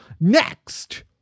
Next